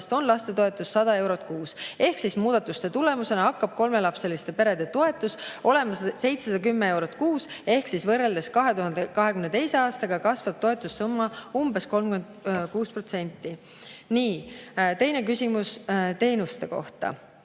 on lapsetoetus 100 eurot kuus. Ehk siis muudatuste tulemusena hakkab kolmelapseliste perede toetus olema 710 eurot kuus ehk võrreldes 2022. aastaga kasvab toetussumma umbes 36%.Nii. Teine küsimus teenuste kohta.